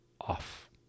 off